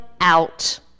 out